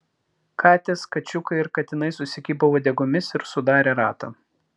katės kačiukai ir katinai susikibo uodegomis ir sudarė ratą